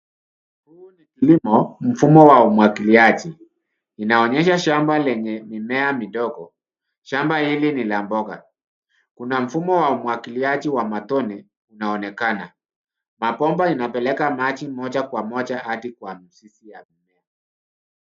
Huu ni kilimo mfumo wa umwagiliaji. Inaonyesha shamba lenye mimea midogo. Shamba hili ni la mboga. Kuna mfumo wa umuagiliaji wa matone, inaonekana. Mabomba inapeleka maji moja kwa moja hadi kwa mizizi ya mimea.